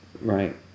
Right